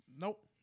Nope